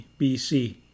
BC